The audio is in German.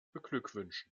beglückwünschen